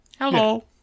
Hello